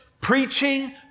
preaching